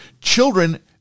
children